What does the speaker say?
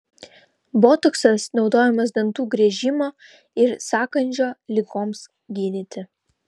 botoksas naudojamas dantų griežimo ir sąkandžio ligoms gydyti